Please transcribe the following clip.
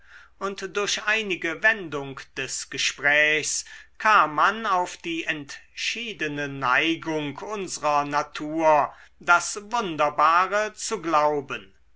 und durch einige wendung des gesprächs kam man auf die entschiedene neigung unsrer natur das wunderbare zu glauben